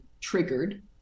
triggered